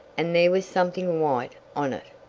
and there was something white on it!